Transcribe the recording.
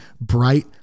bright